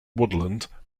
woodland